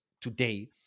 today